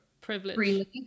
privilege